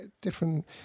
different